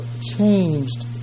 changed